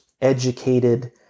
educated